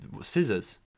scissors